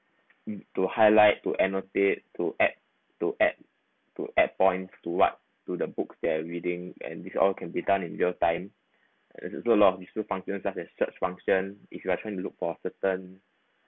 to highlight to annotate to add to add to add point to what to the book they're reading and this all can be done in real time so a lot of useful functions such as search function if you are trying to look for certain